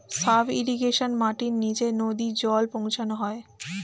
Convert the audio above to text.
sub irrigation মাটির নিচে নদী জল পৌঁছানো হয়